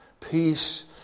Peace